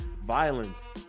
violence